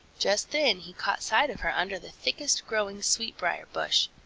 just then he caught sight of her under the thickest growing sweet-briar bush.